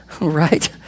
right